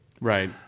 Right